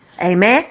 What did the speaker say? amen